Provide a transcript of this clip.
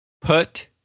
Put